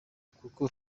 kuko